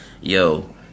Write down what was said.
Yo